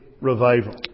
Revival